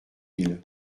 île